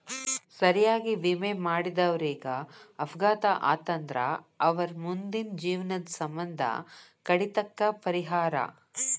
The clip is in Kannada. ಸರಿಯಾಗಿ ವಿಮೆ ಮಾಡಿದವರೇಗ ಅಪಘಾತ ಆತಂದ್ರ ಅವರ್ ಮುಂದಿನ ಜೇವ್ನದ್ ಸಮ್ಮಂದ ಕಡಿತಕ್ಕ ಪರಿಹಾರಾ ಕೊಡ್ತಾರ್